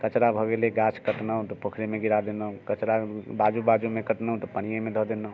कचरा भऽ गेले गाछ कटलहुँ तऽ पोखरिमे गिरा देलहुँ कचरा बाजू बाजूमे कितनो तऽ पानिएमे दऽ देलहुँ